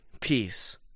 peace